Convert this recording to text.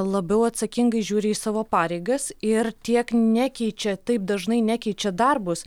labiau atsakingai žiūri į savo pareigas ir tiek nekeičia taip dažnai nekeičia darbus